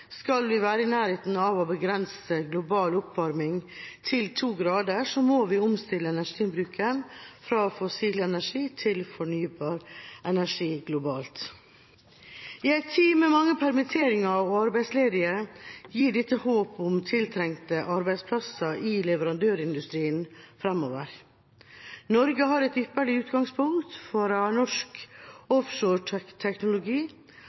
Skal vi være i nærheten av å begrense global oppvarming til 2 grader, må vi omstille energibruken fra fossil energi til fornybar energi globalt. I en tid med mange permitterte og arbeidsledige gir dette håp om tiltrengte arbeidsplasser i leverandørindustrien framover. Norge har et ypperlig utgangspunkt fra norsk